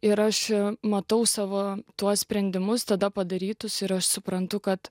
ir aš matau savo tuos sprendimus tada padarytus ir aš suprantu kad